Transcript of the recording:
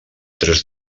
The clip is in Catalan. tres